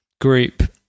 group